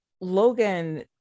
Logan